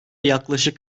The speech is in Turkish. yaklaşık